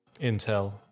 intel